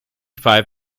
five